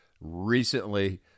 recently